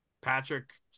Patrick